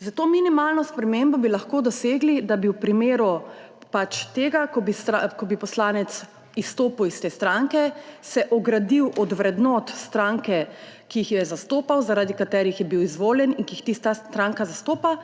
S to minimalno spremembo bi lahko dosegli, da bi v primeru tega, ko bi poslanec izstopil iz te stranke, se ogradil od vrednot stranke, ki jih je zastopal, zaradi katerih je bil izvoljen in ki jih ta stranka zastopa,